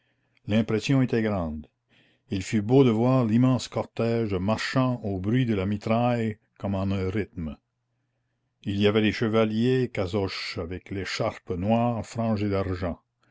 l'impression était grande il fut beau de voir l'immense cortège marchant au bruit de la mitraille comme en un rythme il y avait les chevaliers kasoches avec l'écharpe noire frangée d'argent